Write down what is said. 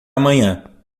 amanhã